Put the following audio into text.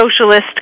socialist